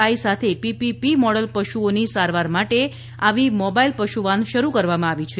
I સાથે PPP model પશુઓની સારવાર માટે આવી મોબાઇલ પશુ વાન શરૂ કરવામાં આવી છે